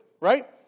right